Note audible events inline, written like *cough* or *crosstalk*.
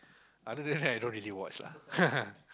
other than that I don't really watch lah *laughs*